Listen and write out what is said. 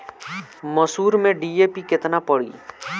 मसूर में डी.ए.पी केतना पड़ी?